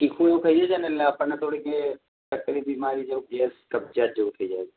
તીખું એવું ખાઈએ છે ને એટલે આપણને થોડીક એ બીમારી જેવું ગેસ કબજિયાત જેવું થઇ જાય છે